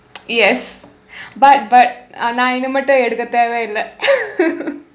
yes but but ஆனா என்ன மட்டும் எடுக்க தேவையில்லை:aanaa enna matdum edukka theevaiyillai